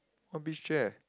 what beach chair